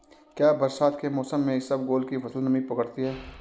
क्या बरसात के मौसम में इसबगोल की फसल नमी पकड़ती है?